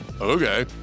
Okay